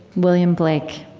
william blake.